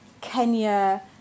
Kenya